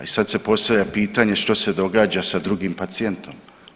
I sada se postavlja pitanje što se događa sa drugim pacijentom.